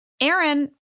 Aaron